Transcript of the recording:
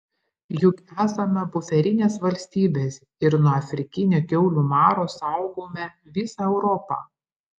juk esame buferinės valstybės ir nuo afrikinio kiaulių maro saugome visą europą